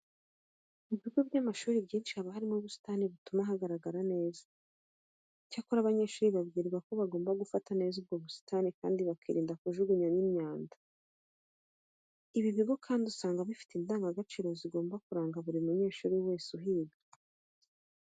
Mu bigo by'amashuri byinshi haba harimo ubusitani butuma hagaragara neza. Icyakora abanyeshuri babwirwa ko bagomba gufata neza ubwo busitani kandi bakirinda kubujugunyamo imyanda. Ibi bigo kandi usanga bifite indangagaciro zigomba kuranga buri munyeshuri wese uhiga.